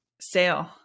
sale